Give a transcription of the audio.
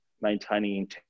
maintaining